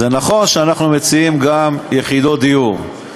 נכון שאנחנו מציעים גם יחידות דיור.